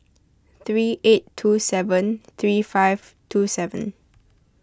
three eight two seven three five two seven